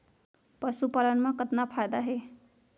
पशुपालन मा कतना फायदा हे?